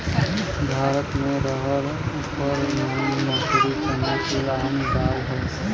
भारत मे रहर ऊरद मूंग मसूरी चना कुल आम दाल हौ